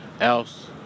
else